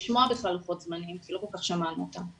לשמוע בכלל לוחות זמנים כי לא כל כך שמענו אותם,